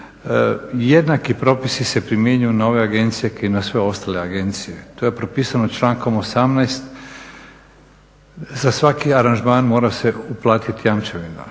jednaki propisi se primjenjuju na ove agencije i na sve ostale agencije. To je propisano člankom 18, za svaki aranžman mora se uplatiti jamčevina.